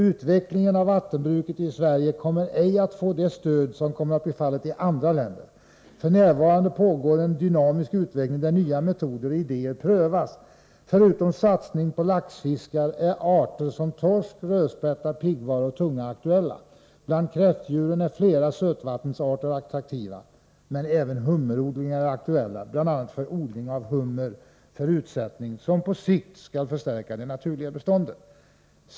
Utvecklingen av vattenbruket i Sverige kommer ej att få det stöd som kommer att bli fallet i andra länder. För närvarande pågår en dynamisk utveckling där nya metoder och idéer prövas. Förutom satsningen på laxfiskar är arter som torsk, rödspätta, piggvar och tunga aktuella. Bland kräftdjuren är flera sötvattensarter attraktiva. Men även hummerodlingar är aktuella bl.a. för odling av hummer för utsättning, som på sikt skall förstärka det naturliga beståndet.